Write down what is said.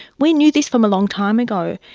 we knew this from a long time ago.